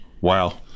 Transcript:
Wow